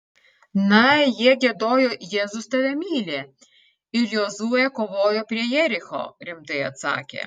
na jie giedojo jėzus tave myli ir jozuė kovojo prie jericho rimtai atsakė